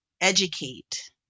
educate